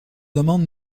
demande